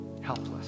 helpless